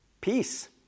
Peace